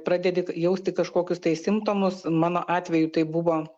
pradedi jausti kažkokius tai simptomus mano atveju tai buvo